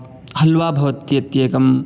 हल्वा भवति इत्येकम्